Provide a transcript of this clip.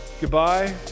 Goodbye